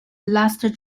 last